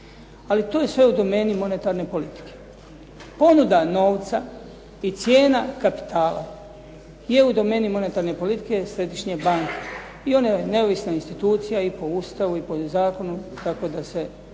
ali to je sve u domeni monetarne politike. Ponuda novca i cijena kapitala je u domeni monetarne politike Središnje banke i ona je neovisna institucija i po Ustavu i po zakonu tako da se